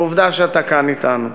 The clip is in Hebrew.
ועובדה שאתה כאן אתנו.